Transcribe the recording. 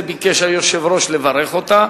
והיושב-ראש ביקש לברך אותה.